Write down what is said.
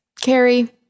Carrie